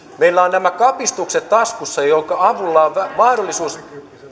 meillä on nämä kapistukset taskussa joiden avulla on mahdollisuus